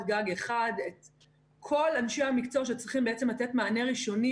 גג אחת את כל אנשי המקצוע שצריכים לתת מענה ראשוני